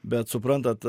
bet suprantat